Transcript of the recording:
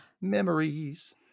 Memories